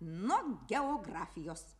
nuo geografijos